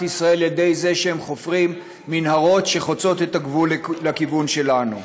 ישראל על ידי זה שהם חופרים מנהרות שחוצות את הגבול לכיוון שלנו.